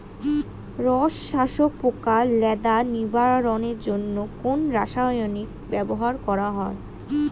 রস শোষক পোকা লেদা নিবারণের জন্য কোন রাসায়নিক ব্যবহার করা হয়?